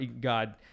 God